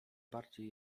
bardziej